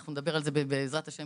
אנחנו נדבר על זה בעזרת השם